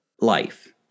life